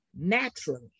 naturally